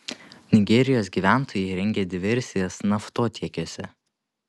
nigerijos gyventojai rengia diversijas naftotiekiuose